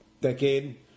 decade